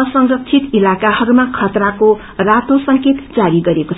असुरबित इलकाहरूमा खतराको रातो संकेत जारी गरिएको छ